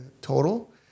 total